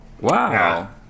wow